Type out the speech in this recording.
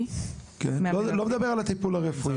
--- אני לא מדבר על הטיפול הרפואי,